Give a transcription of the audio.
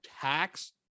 tax